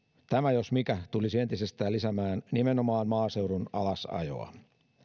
tämä jos mikä tulisi entisestään lisäämään nimenomaan maaseudun alasajoa